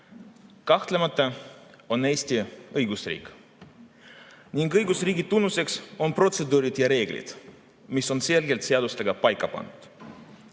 Kahtlemata on Eesti õigusriik ning õigusriigi tunnusteks on protseduurid ja reeglid, mis on selgelt seadustega paika